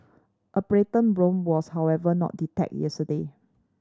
a plankton bloom was however not detected yesterday